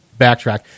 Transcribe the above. backtrack